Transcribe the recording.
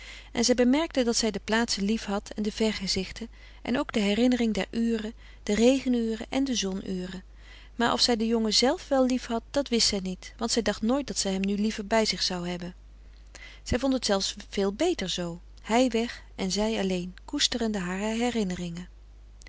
en zij bemerkte dat zij de plaatsen liefhad en de vergezichten en ook de herinnering der uren de regen uren en de zon uren maar of zij den jongen zelf wel liefhad dat wist zij niet want zij dacht nooit dat zij hem nu liever bij zich zou frederik van eeden van de koele meren des doods hebben zij vond het zelfs veel beter z hij weg en zij alleen koesterende hare herinneringen